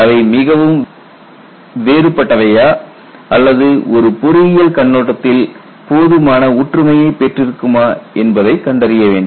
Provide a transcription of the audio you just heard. அவை மிகவும் வேறுபட்டவையா அல்லது ஒரு பொறியியல் கண்ணோட்டத்தில் போதுமான ஒற்றுமையை பெற்றிருக்குமா என்பதை கண்டறிய வேண்டும்